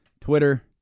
twitter